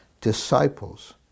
disciples